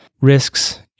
risks